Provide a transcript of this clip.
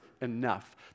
enough